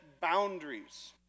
boundaries